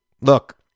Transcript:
look